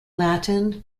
latin